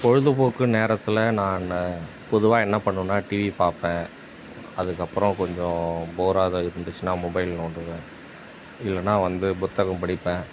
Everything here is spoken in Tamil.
பொழுதுபோக்கு நேரத்தில் நான் பொதுவாக என்ன பண்ணுவேன்னால் டிவி பார்ப்பேன் அதுக்கப்புறம் கொஞ்சம் போராக இருந்துச்சுன்னா மொபைல் நோண்டுவேன் இல்லைனா வந்து புத்தகம் படிப்பேன்